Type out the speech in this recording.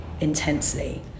intensely